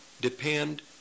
depend